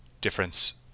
difference